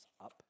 up